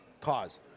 cause